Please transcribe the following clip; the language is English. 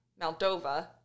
Moldova